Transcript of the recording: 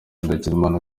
nadine